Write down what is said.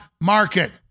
market